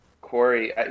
Corey